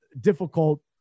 difficult